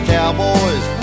Cowboys